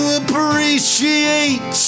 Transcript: appreciate